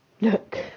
look